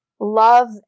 Love